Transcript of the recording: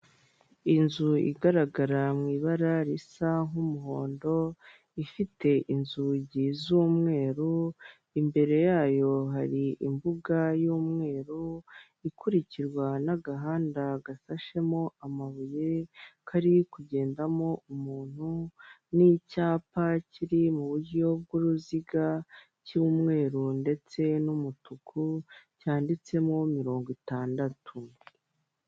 Inzu igaragara mu ibara risa nk'umuhondo ifite inzugi z'umweru, imbere yayo hari imbuga y'umweru, ikurikirwa n'agahanda gasashemo amabuye, kari kugendamo umuntu, n'icyapa kiri mu buryo bw'uruziga cy'umweru, ndetse n'umutuku cyanditsemo mirongo itandatu.